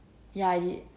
ya I did